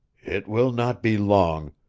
it will not be long,